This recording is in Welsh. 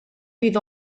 fydd